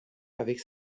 avec